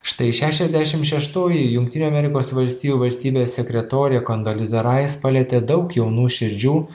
štai šešiasdešim šeštoji jungtinių amerikos valstijų valstybės sekretorė kondoliza rais palietė daug jaunų širdžių